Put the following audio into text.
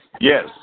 Yes